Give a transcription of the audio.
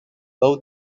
low